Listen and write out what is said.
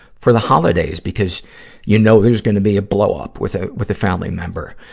for the holidays because you know there's gonna be a blow-up with a, with a family member.